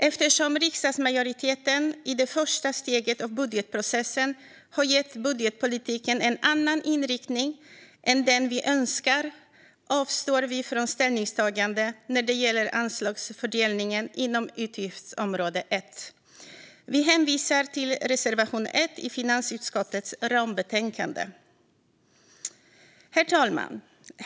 Eftersom riksdagsmajoriteten i det första steget av budgetprocessen har gett budgetpolitiken en annan inriktning än den vi önskar avstår vi från ställningstagande när det gäller anslagsfördelningen inom utgiftsområde 1. Vi hänvisar till reservation 1 i finansutskottets rambetänkande. Herr talman!